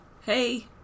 hey